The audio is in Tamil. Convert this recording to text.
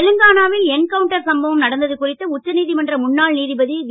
தெலங்கானாவில் என்கவுண்டர் சம்பவம் நடந்தது குறித்து உச்ச நீதிமன்ற முன்னாள் நீதிபதி வி